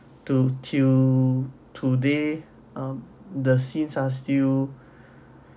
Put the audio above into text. to till today ah the scenes are still